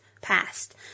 past